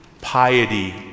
Piety